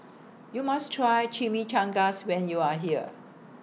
YOU must Try Chimichangas when YOU Are here